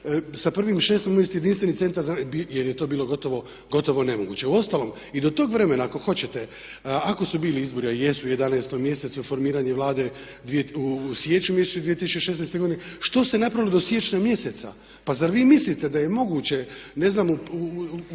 sa 1.06. uvesti jedinstveni centar jer je to bilo gotovo nemoguće. Uostalom i do tog vremena ako hoćete ako su bili izbori, a jesu u 11. mjesecu, formiranje Vlade u siječnju 2016. godine što ste napravili do siječnja mjeseca? Pa zar vi mislite da je moguće ne znam …